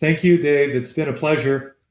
thank you, dave. it's been a pleasure